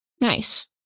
Nice